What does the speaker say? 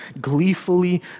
gleefully